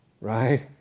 right